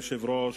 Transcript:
אדוני היושב-ראש,